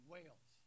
Wales